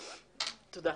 תודה.